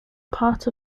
part